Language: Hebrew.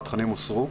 התכנים הוסרו.